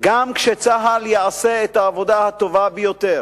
גם כשצה"ל יעשה את העבודה הטובה ביותר,